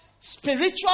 spiritual